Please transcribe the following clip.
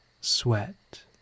sweat